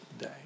day